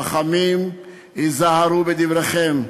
חכמים היזהרו בדבריכם,